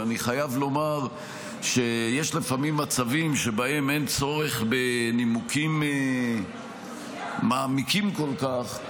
ואני חייב לומר שיש לפעמים מצבים שבהם אין צורך בנימוקים מעמיקים כל כך,